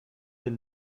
del